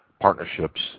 partnerships